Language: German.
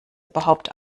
überhaupt